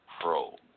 pro